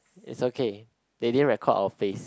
it's okay they didn't record our face